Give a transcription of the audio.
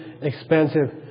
expensive